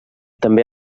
també